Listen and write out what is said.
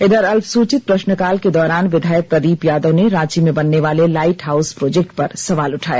इधर अल्पसूचित प्रश्नकाल के दौरान विधायक प्रदीप यादव ने रांची में बनने वाले लाईट हाउस प्रोजेक्ट पर सवाल उठाया